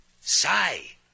sigh